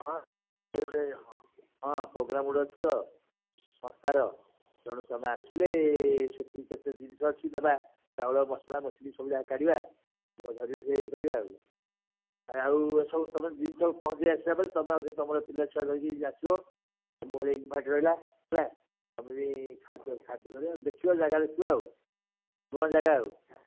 ହଁ ଗୋଟେ ହଁ ହଁ ପ୍ରୋଗ୍ରାମ୍ ଗୋଟେ ଅଛି ତ ସଂସ୍ଥାର ତେଣୁ ତମେ ଆସିଲେ ସେଠି କେତେ ଜିନିଷ ଅଛି ନବା ଚାଉଳ ମସଲା ମସଲି ସବୁ ଯାକ କାଢ଼ିବା ଧରିି ହେଇ କରିବା ଆଉ ଆଉ ଏସବୁ ତମେ ଜିନିଷ ପହଞ୍ଚାଇ ଆସିଲା ପରେ ତମେ ଆଉ ତମର ପିଲା ଛୁଆ ଧରିକି ଆସିବ ତମକୁ ଖାଲି ଇନ୍ଭାଇଟ୍ ରହିଲା ହେଲା ତମେ ବି ଖାଦ୍ୟ ଖାଦ୍ୟ ଧରିବ ଦେଖିବା ଜାଗା ଦେଖିବା ଆଉ ନୂଆ ଜାଗା ଆଉ